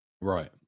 Right